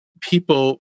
people